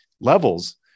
levels